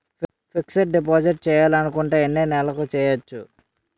Fixed deposit చేయాలి అనుకుంటే ఎన్నే నెలలకు చేయొచ్చు?